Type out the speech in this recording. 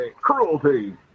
Cruelty